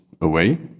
away